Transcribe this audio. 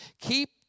Keep